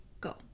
go